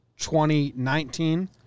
2019